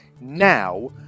now